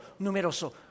numeroso